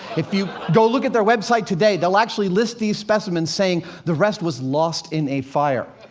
if you go look at their website today, they'll actually list these specimens, saying, the rest was lost in a fire.